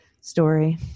story